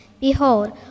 behold